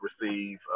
receive